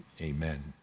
amen